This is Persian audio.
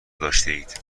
داشتهاید